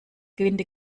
gewinde